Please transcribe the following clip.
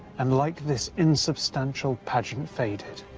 and, like this insubstantial pageant faded,